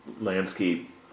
landscape